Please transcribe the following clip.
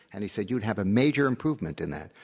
and he said you would have a major improvement in that.